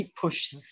push